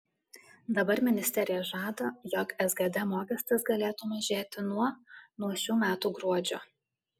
dabar ministerija žada jog sgd mokestis galėtų mažėti nuo nuo šių metų gruodžio